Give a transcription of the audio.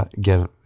Give